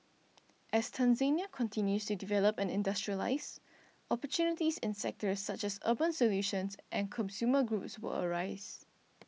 as Tanzania continues to develop and industrialise opportunities in sectors such as urban solutions and consumer goods will arise